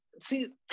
See